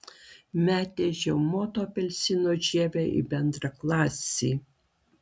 metė žiaumoto apelsino žievę į bendraklasį